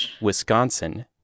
Wisconsin